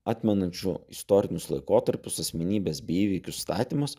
atmenančių istorinius laikotarpius asmenybes bei įvykius statymas